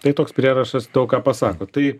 tai toks prierašas daug ką pasako tai